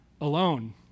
alone